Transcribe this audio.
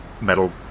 metal